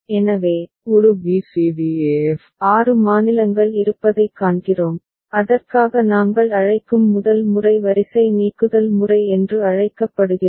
எனவே ஒரு b c d e f ஆறு மாநிலங்கள் இருப்பதைக் காண்கிறோம் அதற்காக நாங்கள் அழைக்கும் முதல் முறை வரிசை நீக்குதல் முறை என்று அழைக்கப்படுகிறது